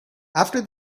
after